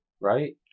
right